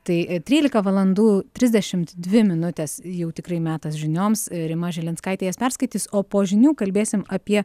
tai trylika valandų trisdešimt dvi minutės jau tikrai metas žinioms rima žilinskaitė jas perskaitys o po žinių kalbėsim apie